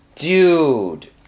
Dude